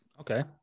Okay